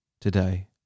today